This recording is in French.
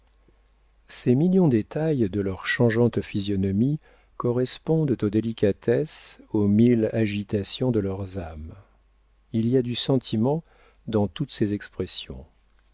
ces mignons détails de leur changeante physionomie correspondent aux délicatesses aux mille agitations de leurs âmes il y a du sentiment dans toutes ces expressions